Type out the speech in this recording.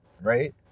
right